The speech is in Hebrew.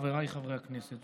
חבריי חברי הכנסת,